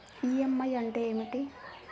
EMI అంటే ఏమిటి?